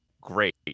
great